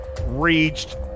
reached